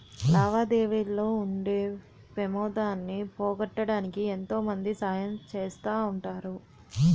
లావాదేవీల్లో ఉండే పెమాదాన్ని పోగొట్టడానికి ఎంతో మంది సహాయం చేస్తా ఉంటారు